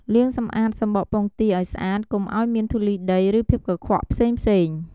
លាងសម្អាតសម្បកពងទាឱ្យស្អាត កុំឱ្យមានធូលីដី ឬភាពកខ្វក់ផ្សេងៗ។